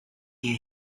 you